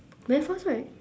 very fast right